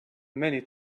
many